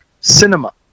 Cinema